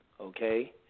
okay